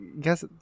guess